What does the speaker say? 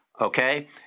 Okay